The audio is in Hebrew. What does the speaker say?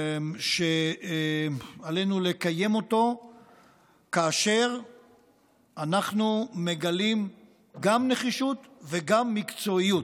שעלינו לקיים אותו כאשר אנחנו מגלים גם נחישות וגם מקצועיות.